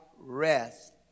rest